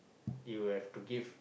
you will have to give